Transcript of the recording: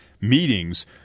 meetings